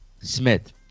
Smith